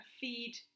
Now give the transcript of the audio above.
feed